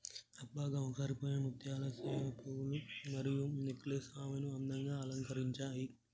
అబ్బ గామెకు సరిపోయే ముత్యాల సెవిపోగులు మరియు నెక్లెస్ ఆమెను అందంగా అలంకరించాయి